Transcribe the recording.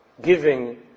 giving